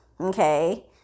Okay